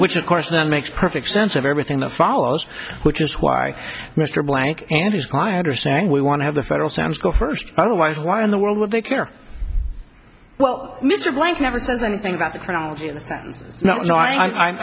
which of course then makes perfect sense of everything that follows which is why mr blank and his client are saying we want to have the federal sounds go first otherwise why in the world would they care well mr blank never says anything about the chronology and no